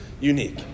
unique